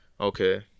okay